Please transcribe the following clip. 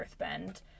earthbend